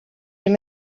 him